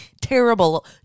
terrible